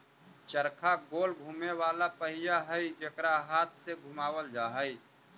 चरखा गोल घुमें वाला पहिया हई जेकरा हाथ से घुमावल जा हई